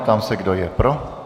Ptám se, kdo je pro.